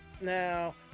now